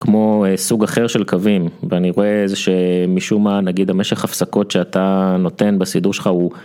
כמו סוג אחר של קווים, ואני רואה אז, שמשום מה מה נגיד המשך ההפסקות שאתה נותן בסידור שלך הוא.